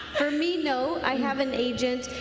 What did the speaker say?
for me, no. i have an agent.